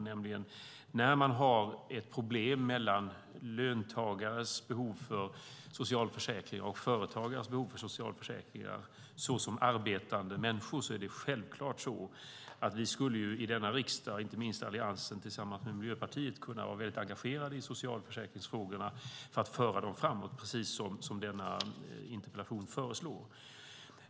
När man har ett problem mellan löntagares behov av socialförsäkring och företagares behov av socialförsäkring, såsom arbetande människor, är det självklart att vi i denna riksdag och inte minst Alliansen tillsammans med Miljöpartiet skulle kunna vara väldigt engagerade i socialförsäkringsfrågorna för att föra dem framåt, precis som denna interpellation föreslår.